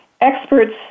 Experts